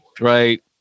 Right